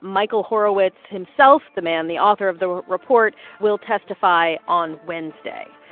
michael horowitz himself, the man the author of the report, will testify on wednesday.